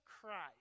Christ